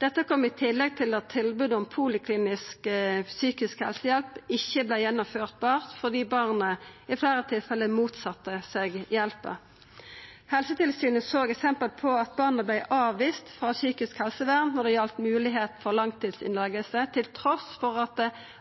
Dette kom i tillegg til at tilbud om poliklinisk psykisk helsehjelp ikke ble gjennomført fordi barnet i flere tilfeller motsatte seg hjelpen.» Helsetilsynet såg vidare «eksempler på at barna ble avvist fra psykisk helsevern når det gjaldt mulighet for langtidsinnleggelse til tross for at alle tjenestene var enige om at det var det